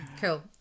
Cool